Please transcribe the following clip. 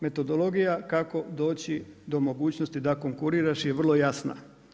Metodologija kako doći do mogućnosti da konkuriraš je vrlo jasna.